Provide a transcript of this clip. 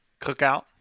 Cookout